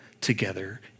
together